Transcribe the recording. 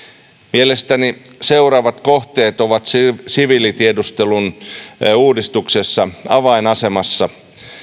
mielestäni seuraavat kohteet ovat siviilitiedustelun uudistuksessa avainasemassa